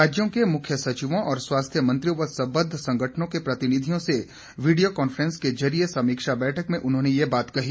राज्यों के मुख्य सचिवों और स्वास्थ्य मंत्रियों व सम्बद्ध संगठनों के प्रतिनिधियों से वीडियो कांफ्रेंस के जरिये समीक्षा बैठक में उन्होंने ये बात कही